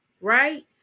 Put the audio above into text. right